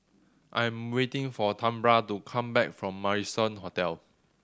I am waiting for Tambra to come back from Marrison Hotel